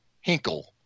Hinkle